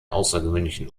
außergewöhnlichen